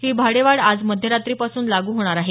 ही भाडेवाढ आज मध्यरात्रीपासून लागू होणार आहे